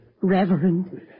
Reverend